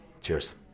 cheers